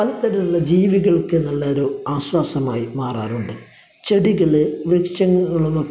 പല തരത്തിലുള്ള ജീവികള്ക്ക് നല്ല ഒരു ആശ്വാസമായി മാറാറുണ്ട് ചെടികൾ വൃക്ഷങ്ങളുമൊക്കെ